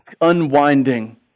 unwinding